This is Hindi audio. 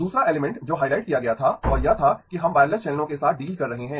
दूसरा एलिमेंट जो हाइलाइट किया गया था वह यह था कि हम वायरलेस चैनलों के साथ डील कर रहे हैं